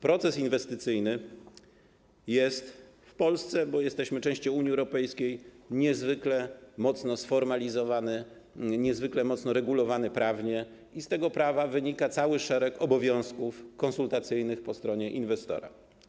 Proces inwestycyjny jest w Polsce - bo jesteśmy częścią Unii Europejskiej - niezwykle mocno sformalizowany, niezwykle mocno regulowany prawnie i z tego prawa wynika cały szereg obowiązków konsultacyjnych po stronie inwestora.